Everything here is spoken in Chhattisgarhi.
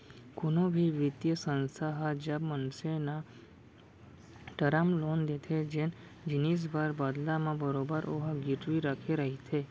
कोनो भी बित्तीय संस्था ह जब मनसे न टरम लोन देथे जेन जिनिस बर बदला म बरोबर ओहा गिरवी रखे रहिथे